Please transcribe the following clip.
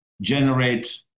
generate